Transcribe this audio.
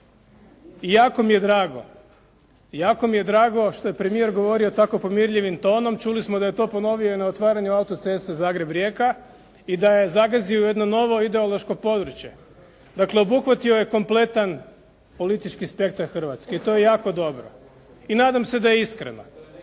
ZAVNOH-a i jako mi je drago što je premijer govorio tako pomirljivim tonom. Čuli smo da je to ponovio i na otvaranju autoceste Zagreb-Rijeka i da je zagazio u jedno novo ideološko područje. Dakle, obuhvatio je kompletan politički spektar Hrvatske i to je jako dobro i nadam se da je iskrena.